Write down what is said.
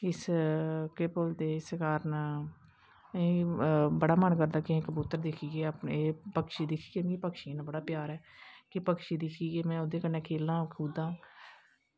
इस केह् बोलदे इस कारण बड़ा मन करदा कि अस कबूतर दिखचै पक्षी दिखचै मिगी पक्षियें नै बड़ा प्यार ऐ कि में पक्षी दिक्खियै ओह्दे कन्नै खेल्लां कुद्दां